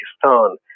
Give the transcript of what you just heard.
Pakistan